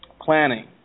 planning